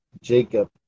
Jacob